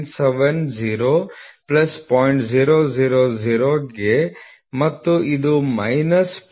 000 ಗೆ ಮತ್ತು ಇದು ಮೈನಸ್ 0